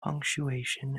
punctuation